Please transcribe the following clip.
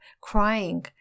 crying